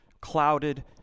clouded